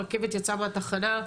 הרכבת יצאה מהתחנה,